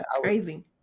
crazy